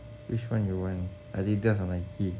which one you want Adidas or Nike